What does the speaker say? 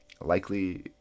likely